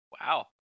Wow